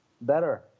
Better